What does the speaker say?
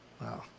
Wow